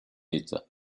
état